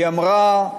היא אמרה,